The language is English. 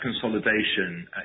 consolidation